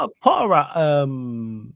Potter